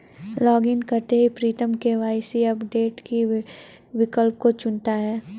login करते ही Pritam KYC update के विकल्प को चुनता है